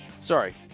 Sorry